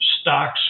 stocks